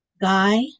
Guy